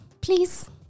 please